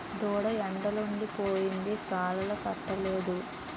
దూడ ఎండలుండి పోయింది సాలాలకట్టలేదు